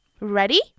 Ready